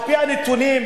על-פי הנתונים,